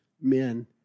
men